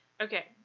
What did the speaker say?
Okay